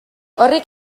horrek